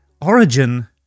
Origin